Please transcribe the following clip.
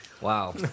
Wow